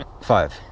Five